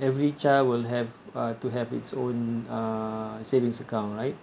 every child will have uh to have its own uh savings account right